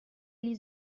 gli